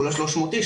300 איש,